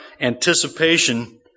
anticipation